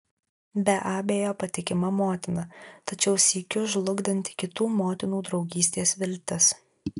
be abejo patikima motina tačiau sykiu žlugdanti kitų motinų draugystės viltis